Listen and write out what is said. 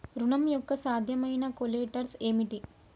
ఋణం యొక్క సాధ్యమైన కొలేటరల్స్ ఏమిటి?